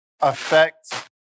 affect